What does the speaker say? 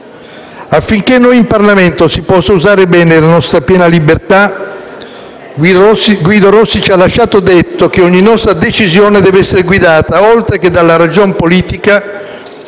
Affinché possiamo usare bene la nostra piena libertà in Parlamento, Guido Rossi ci ha lasciato detto che ogni nostra decisione deve essere guidata oltre che dalla ragion politica,